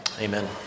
amen